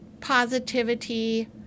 positivity